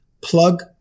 plug